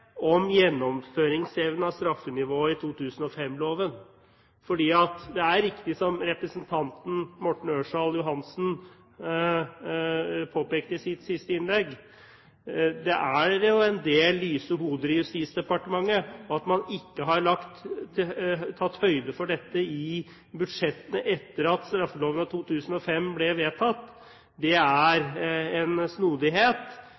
om uklarhet når det gjelder gjennomføringsevnen av straffenivået i 2005-loven. Det er riktig som representanten Morten Ørsal Johansen påpekte i sitt siste innlegg, at det er en del lyse hoder i Justisdepartementet. Og at man ikke har tatt høyde for dette i budsjettene etter at straffeloven 2005 ble vedtatt, er en snodighet